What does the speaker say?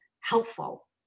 helpful